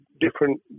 different